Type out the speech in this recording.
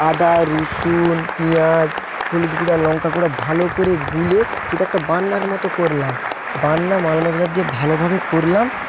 আদা রসুন পিঁয়াজ হলুদ গুঁড়া লঙ্কা গুঁড়া ভালো করে গুলে সেটা একটা বান্নার মতো করলাম বান্না মালমশলা দিয়ে ভালোভাবে করলাম